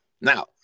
Now